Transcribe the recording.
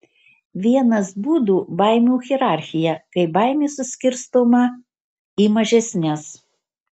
vienas būdų baimių hierarchija kai baimė suskirstoma į mažesnes